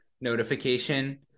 notification